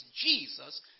Jesus